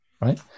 right